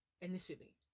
initially